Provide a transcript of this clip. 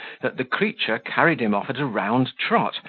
that the creature carried him off at a round trot,